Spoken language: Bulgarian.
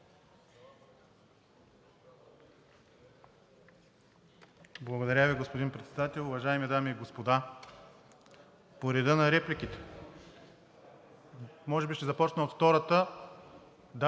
Благодаря Ви, господин Председател. Уважаеми дами и господа, по реда на репликите. Може би ще започна от втората. Да,